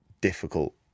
difficult